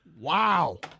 Wow